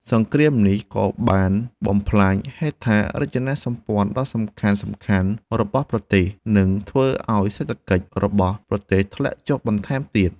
សង្គ្រាមនេះក៏បានបំផ្លាញហេដ្ឋារចនាសម្ព័ន្ធដ៏សំខាន់ៗរបស់ប្រទេស និងធ្វើឱ្យសេដ្ឋកិច្ចរបស់ប្រទេសធ្លាក់ចុះបន្ថែមទៀត។